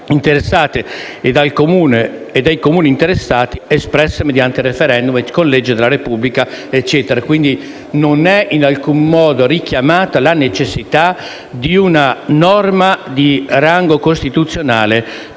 e del Comune o dei Comuni interessati espressa mediante *referendum* e con legge della Repubblica (...)». Quindi non è in alcun modo richiamata la necessità di una norma di rango costituzionale